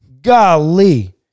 Golly